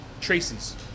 Tracy's